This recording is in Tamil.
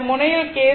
இந்த முனையில் கே